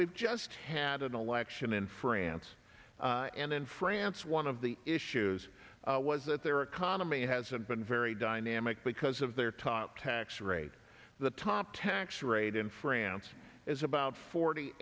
we've just had an election in france and in france one of the issues was that their economy hasn't been very dynamic because of their top tax rate the top tax rate in france is about forty